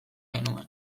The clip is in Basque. genuen